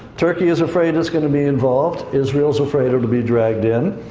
turkey is afraid it's going to be involved, israel's afraid it'll be dragged in.